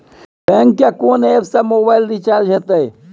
Bank के कोन app से मोबाइल रिचार्ज हेते?